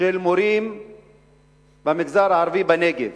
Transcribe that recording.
של מורים במגזר הערבי בנגב.